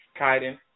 Kaiden